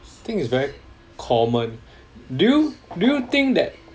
think it's very common do you do you think that